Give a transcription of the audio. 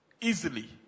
easily